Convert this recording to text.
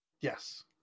Yes